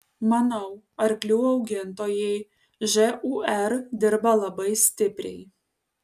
manau arklių augintojai žūr dirba labai stipriai